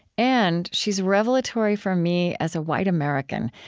and she's revelatory for me, as a white american,